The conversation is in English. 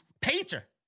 painter